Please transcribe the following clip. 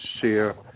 share